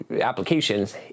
applications